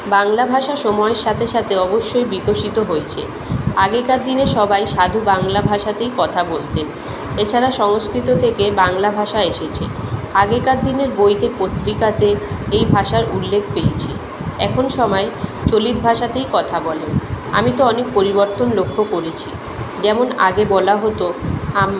বাংলা ভাষা সময়ের সাথে সাথে অবশ্যই বিকশিত হয়েছে আগেকার দিনে সবাই সাধু বাংলা ভাষাতেই কথা বলতেন এছাড়া সংস্কৃত থেকে বাংলা ভাষা এসেছে আগেকার দিনের বইতে পত্রিকাতে এই ভাষার উল্লেখ পেয়েছি এখন সবাই চলিত ভাষাতেই কথা বলেন আমি তো অনেক পরিবর্তন লক্ষ্য করেছি যেমন আগে বলা হতো আমি